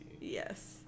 Yes